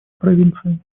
провинции